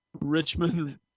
Richmond